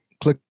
click